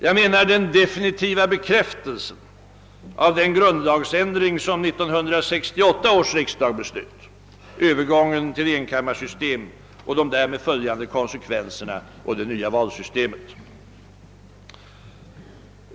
Jag syftar på den definitiva bekräftelsen av den grundlagsändring som 1968 års riksdag beslöt: övergången till enkammarsystem och konsekvenserna därav samt det nya valsystemet.